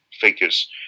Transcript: figures